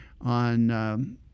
on